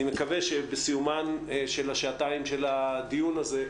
אני מקווה שבסיומן של השעתיים של הדיון הזה,